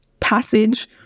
passage